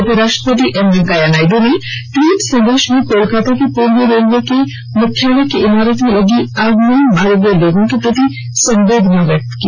उपराष्ट्रपति एम वैंकयानायडू ने ट्वीट संदेश में कोलकाता के पूर्वी रेलवे के मुख्यालय की इमारत में लगी आग में मारे गये लोगों के प्रति संवेदना व्यक्त की